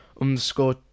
underscore